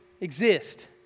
exist